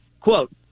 quote